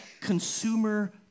consumer